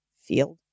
field